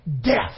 Death